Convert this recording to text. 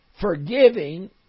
forgiving